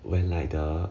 when like the